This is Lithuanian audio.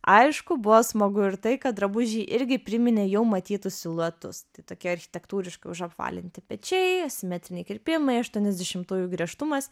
aišku buvo smagu ir tai kad drabužiai irgi priminė jau matytus siluetus tai tokie architektūriškai užapvalinti pečiai simetriniai kirpimai aštuoniasdešimtųjų griežtumas